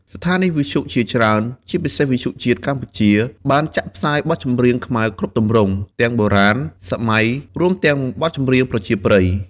ស្ថានីយវិទ្យុជាច្រើន ជាពិសេសវិទ្យុជាតិកម្ពុជា បានចាក់ផ្សាយបទចម្រៀងខ្មែរគ្រប់ទម្រង់ ទាំងបុរាណ សម័យ រួមទាំងចម្រៀងប្រជាប្រិយ។